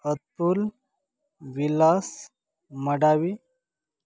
Atul Vilas Madavi